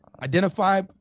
Identify